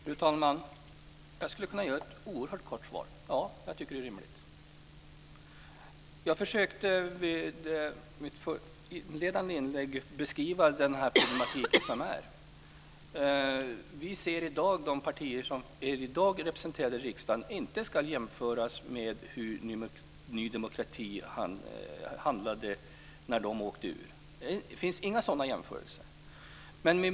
Fru talman! Jag skulle kunna ge ett oerhört kort svar: Ja, jag tycker att det är rimligt. Jag försökte att beskriva den här problematiken i mitt inledande anförande. Vi anser att de partier som i dag finns representerade i riksdagen inte ska jämföras med Ny demokratis agerande när de åkte ur riksdagen. Det finns inga sådan jämförelser.